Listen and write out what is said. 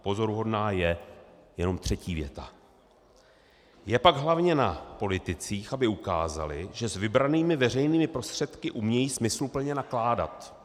Pozoruhodná je jenom třetí věta: Je pak hlavně na politicích, aby ukázali, že s vybranými veřejnými prostředky umějí smysluplně nakládat.